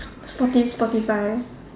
Spoti~ Spotify